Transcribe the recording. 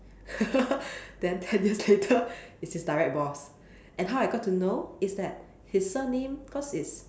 then ten years later it's his direct boss and how I got to know is that his surname because it's